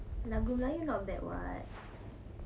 lagu melayu not bad [what]